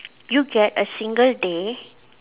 you get a single day